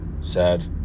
Sad